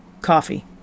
coffee